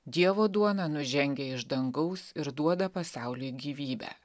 dievo duona nužengia iš dangaus ir duoda pasauliui gyvybę